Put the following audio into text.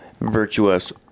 virtuous